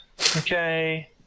Okay